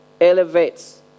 elevates